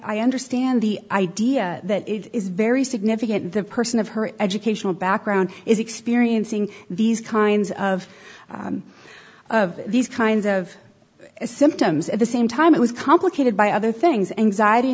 i understand the idea that it is very significant the person of her educational background is experiencing these kinds of of these kinds of symptoms at the same time it was complicated by other things anxiety